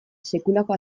sekulako